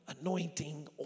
anointing